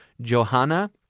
Johanna